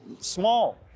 small